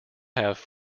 have